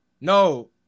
No